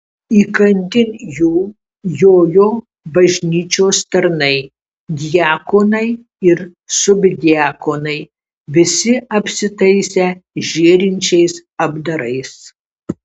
įkandin jų jojo bažnyčios tarnai diakonai ir subdiakonai visi apsitaisę žėrinčiais apdarais